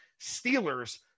Steelers